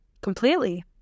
Completely